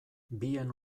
bien